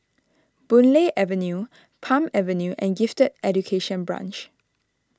Boon Lay Avenue Palm Avenue and Gifted Education Branch